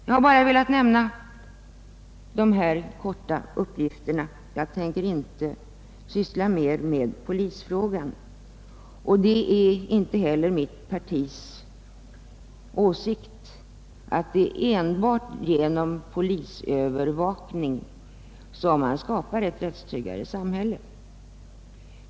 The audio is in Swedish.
Jag har bara velat lämna dessa uppgifter, och jag ämnar inte tala mer om polisfrågan. I mitt parti anser vi inte heller att man enbart genom polisövervakning skapar ett rättstryggare samhälle.